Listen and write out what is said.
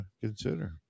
consider